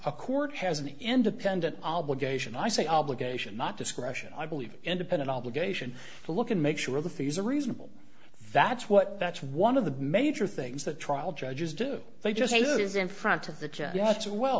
a court has an independent obligation i say obligation not discretion i believe independent obligation to look and make sure the fees are reasonable that's what that's one of the major things that trial judges do they just